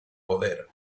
poder